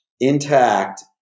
intact